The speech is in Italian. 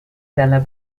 dalla